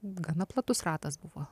gana platus ratas buvo